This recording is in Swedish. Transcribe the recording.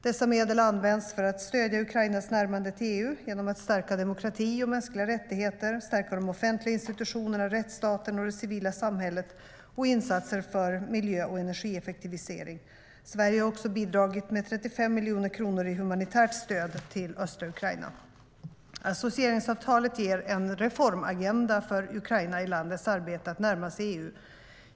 Dessa medel används för att stödja Ukrainas närmande till EU genom att stärka demokrati och mänskliga rättigheter, stärka de offentliga institutionerna, rättsstaten och det civila samhället samt för insatser för miljö och energieffektivisering. Sverige har också bidragit med 35 miljoner kronor i humanitärt stöd till östra Ukraina.Associeringsavtalet ger en reformagenda för Ukraina i landets arbete att närma sig EU.